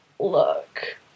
Look